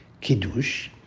Kiddush